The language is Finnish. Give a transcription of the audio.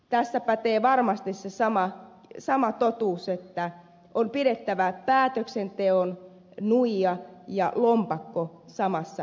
tässä pätee varmasti se sama totuus että on pidettävä päätöksenteon nuija ja lompakko samassa kädessä